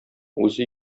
үзе